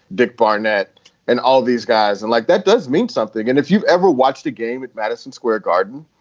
dick barnett and all these guys. and like that does mean something. and if you've ever watched a game at madison square garden,